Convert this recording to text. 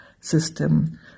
System